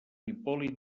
hipòlit